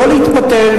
ולא להתפתל,